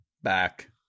back